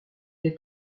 est